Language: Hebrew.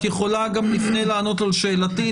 את יכולה גם לענות על שאלתי,